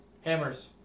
Hammers